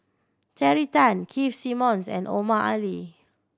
Terry Tan Keith Simmons and Omar Ali